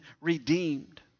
redeemed